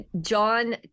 john